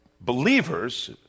believers